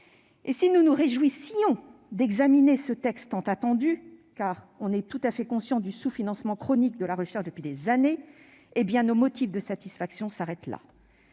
Si nous nous réjouissions d'examiner ce texte tant attendu, étant tout à fait conscients du sous-financement chronique de la recherche depuis des années, nos motifs de satisfaction s'arrêtent ici.